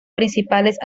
principales